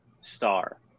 star